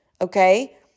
Okay